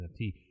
NFT